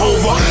Over